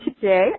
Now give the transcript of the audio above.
today